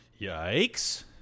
yikes